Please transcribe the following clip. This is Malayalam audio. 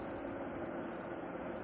x y 0